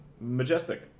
majestic